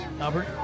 Albert